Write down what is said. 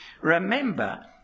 Remember